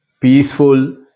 peaceful